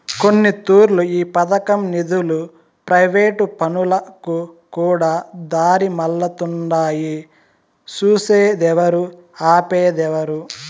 కొన్నితూర్లు ఈ పదకం నిదులు ప్రైవేటు పనులకుకూడా దారిమల్లతుండాయి సూసేదేవరు, ఆపేదేవరు